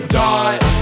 die